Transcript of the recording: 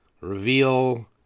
reveal